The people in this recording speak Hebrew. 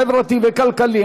החברתי והכלכלי,